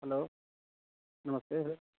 hello नमस्ते sir